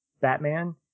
Batman